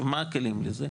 מה הכלים לזה?